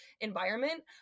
environment